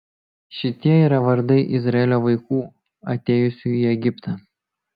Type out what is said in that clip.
šitie yra vardai izraelio vaikų atėjusių į egiptą